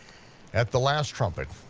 at the last trumpet,